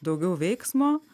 daugiau veiksmo